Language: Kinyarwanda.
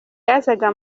yazaga